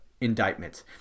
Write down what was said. indictments